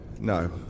No